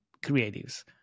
creatives